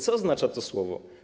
Co oznacza to słowo?